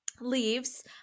leaves